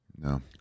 No